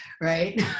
right